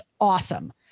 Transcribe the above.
awesome